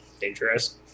Dangerous